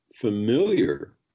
familiar